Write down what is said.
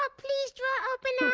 ah please, drawer, open